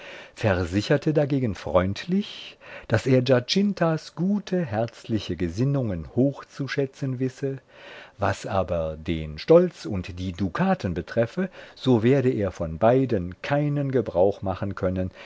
versicherte dagegen freundlich daß er giacintas gute herzliche gesinnungen hochzuschätzen wisse was aber den stolz und die dukaten betreffe so werde er von beiden keinen gebrauch machen können